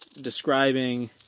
describing